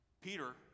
Peter